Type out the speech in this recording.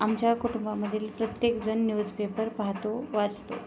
आमच्या कुटुंबामधील प्रत्येकजण न्यूजपेपर पाहतो वाचतो